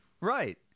Right